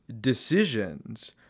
decisions